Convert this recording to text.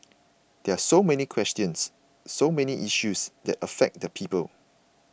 there are so many questions so many issues that affect the people